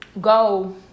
go